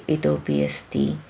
इतोपि अस्ति